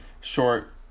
short